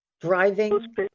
driving